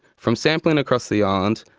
from sampling across the island,